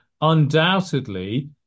undoubtedly